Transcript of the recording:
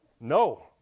no